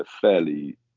fairly